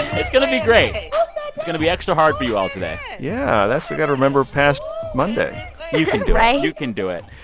it's going to be great. it's going to be extra hard for you all today yeah. that's we've got to remember past monday right? you can do it.